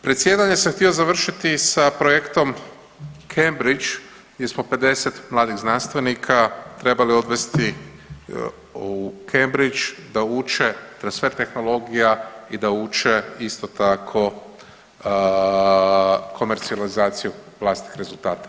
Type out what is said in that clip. Predsjedanje sam htio završiti sa projektom Cambridge di smo 50 mladih znanstvenika trebali odvesti u Cambridge da uče transfer tehnologija i da uče, isto tako, komercijalizaciju vlastitih rezultata.